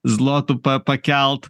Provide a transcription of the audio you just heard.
zlotų pa pakelt